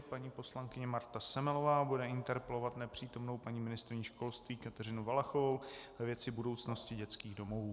Paní poslankyně Marta Semelová bude interpelovat nepřítomnou paní ministryni školství Kateřinu Valachovou ve věci budoucnosti dětských domovů.